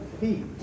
feet